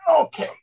Okay